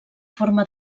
forma